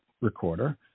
recorder